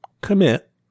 commit